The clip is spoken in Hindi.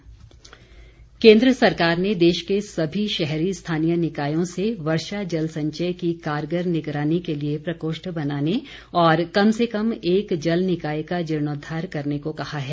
प्रकोष्ठ केन्द्र सरकार ने देश के सभी शहरी स्थानीय निकायों से वर्षा जल संचय की कारगर निगरानी के लिए प्रकोष्ठ बनाने और कम से कम एक जल निकाय का जीर्णोद्वार करने को कहा है